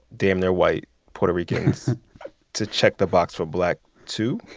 damn-near-white puerto ricans to check the box for black, too?